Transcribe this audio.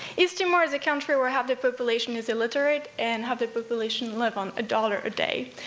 east timor is a country where half the population is illiterate, and half the population live on a dollar a day.